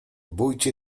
bójcie